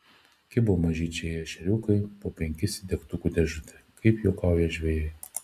kibo mažyčiai ešeriukai po penkis į degtukų dėžutę kaip juokauja žvejai